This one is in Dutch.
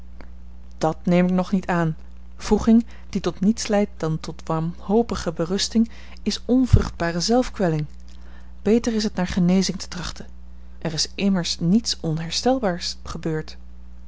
dàt neem ik nog niet aan wroeging die tot niets leidt dan tot wanhopige berusting is onvruchtbare zelfkwelling beter is het naar genezing te trachten er is immers niets onherstelbaars gebeurd